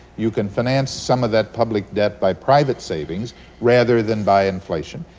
you can finance some of that public debt by private savings rather than by inflation,